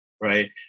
right